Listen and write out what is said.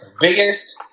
biggest